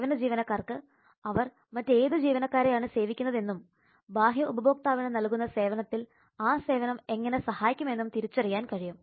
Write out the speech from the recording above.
സേവന ജീവനക്കാർക്ക് അവർ മറ്റ് ഏതു ജീവനക്കാരെയാണ് സേവിക്കുന്നത് എന്നും ബാഹ്യ ഉപഭോക്താവിന് നൽകുന്ന സേവനത്തിൽ ആ സേവനം എങ്ങനെ സഹായിക്കുമെന്നും തിരിച്ചറിയാൻ കഴിയും